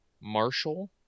Marshall